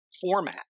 format